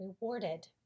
rewarded